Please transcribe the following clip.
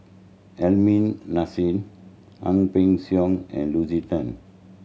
Aliman Hassan Ang Peng Siong and Lucy Tan